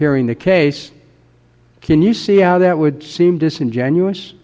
hearing the case can you see how that would seem disingenuous